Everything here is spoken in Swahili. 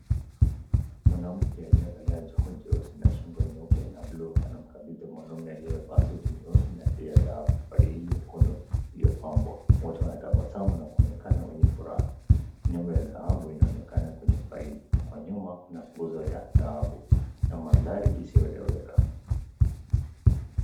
Mwanamke aliyevalia joho nyeusi na joho nyeupe na buluu anamkabidhi mwanume aliyevaa suti nyeusi na tai ya dhahabu, faili nyekundu iliyopambwa, wote wanatabasamu na kuonekana wenye furaha, nembo ya dhahabu inaonekana kwenye faili, kwa nyuma kuna gunzo ya dhahabu, na mandhari isiyoeleweka.